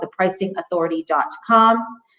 thepricingauthority.com